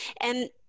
And-